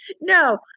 no